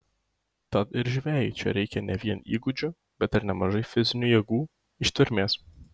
tad ir žvejui čia reikia ne vien įgūdžių bet ir nemažai fizinių jėgų ištvermės